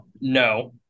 No